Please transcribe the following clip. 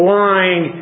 lying